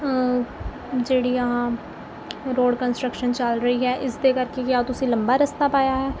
ਜਿਹੜੀ ਆਹ road construction ਚੱਲ ਰਹੀ ਹੈ ਇਸਦੇ ਕਰਕੇ ਕਿਆ ਤੁਸੀਂ ਲੰਬਾ ਰਸਤਾ ਪਾਇਆ ਹੈ